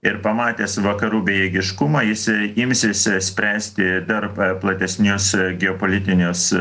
ir pamatęs vakarų bejėgiškumą jis imsis spręsti dar platesnius geopolitinės